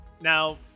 Now